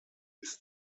ist